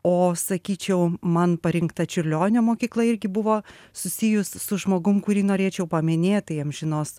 o sakyčiau man parinkta čiurlionio mokykla irgi buvo susijus su žmogum kurį norėčiau paminėt tai amžinos